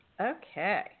Okay